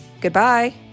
Goodbye